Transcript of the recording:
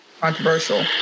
controversial